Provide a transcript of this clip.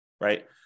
right